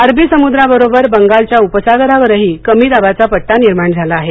अरबी समुद्राबरोबर बंगालच्या उपसागरावरही कमीदाबाचा पड्टा निर्माण झाला आहे